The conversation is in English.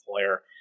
employer